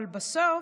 אבל בסוף,